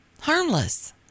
Harmless